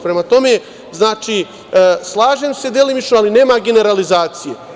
Prema tome, slažem se delimično, ali nema generalizacije.